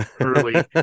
early